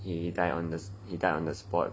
he died on the he died on the spot